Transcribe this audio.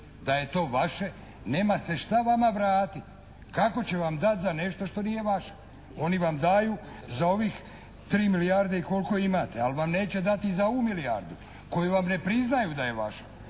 da je to vaše nema se šta vama vratiti. Kako će vam dati za nešto što nije vaše. Oni vam daju za ovih 3 milijarde i koliko imate ali vam neće dati za ovu milijardu koju vam ne priznaju da je vaše.